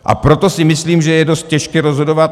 A proto si myslím, že je dost těžké rozhodovat...